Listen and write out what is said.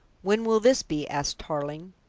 when will this be? asked tarling.